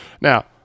Now